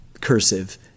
cursive